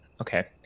Okay